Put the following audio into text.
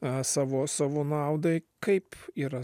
a savo savo naudai kaip yra